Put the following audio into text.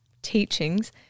teachings